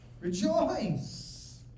Rejoice